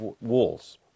walls